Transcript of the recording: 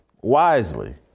wisely